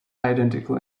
identical